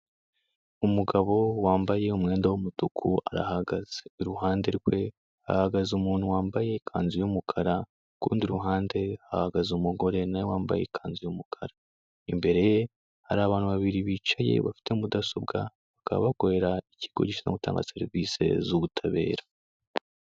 Umugabo wambaye umwenda w'umutuku arahagaze, iruhande rwe hahagaze umuntu wambaye ikanzu y'umukara, ku rundi ruhande hahagaze umugore nawe wambaye ikanzu y'umukara, imbere ye hari abantu babiri bicaye bafite mudasobwa, bakaba bakorera ikigo gishinzwe gutanga serivisi z'ubutabera.